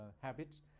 habit